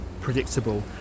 predictable